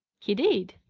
he did.